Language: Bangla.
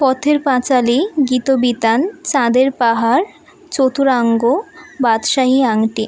পথের পাঁচালী গীতবিতান চাঁদের পাহাড় চতুরঙ্গ বাদশাহী আংটি